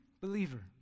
believer